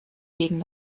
gegen